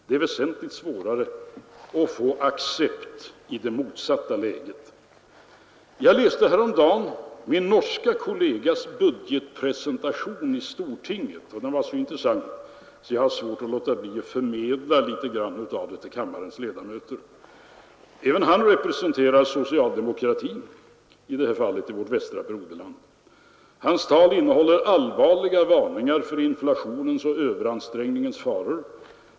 Det är väsentligt svårare att få en accept i det motsatta läget. Jag läste häromdagen min norske kollegas budgetpresentation i stortinget. Den var så intressant att jag har svårt att låta bli att förmedla litet grand av den till kammarens ledamöter. Även han representerar socialdemokratin, i detta fall i vårt västra broderland. Hans tal innehåller allvarliga varningar för inflationens och överansträngningens faror.